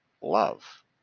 love